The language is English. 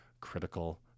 critical